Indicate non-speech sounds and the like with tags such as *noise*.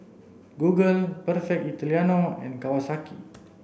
google *unintelligible* Italiano and Kawasaki